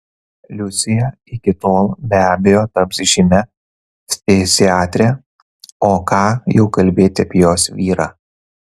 liucija iki tol be abejo taps žymia ftiziatre o ką jau kalbėti apie jos vyrą